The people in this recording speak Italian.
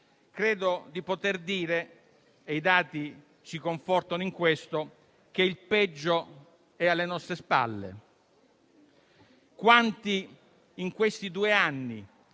credo di poter dire - e i dati ci confortano in questo - che il peggio è alle nostre spalle. Quanti in questi due anni